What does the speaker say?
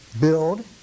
build